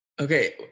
Okay